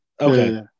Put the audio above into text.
Okay